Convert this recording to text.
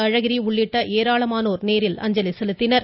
அழகிரி உள்ளிட்டோர் நேரில் அஞ்சலி செலுத்தினர்